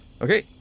Okay